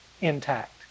intact